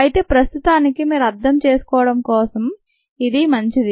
అయితే ప్రస్తుతానికి మీరు అర్థం చేసుకోవడం కోసం ఇదీ మంచిది